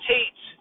Tate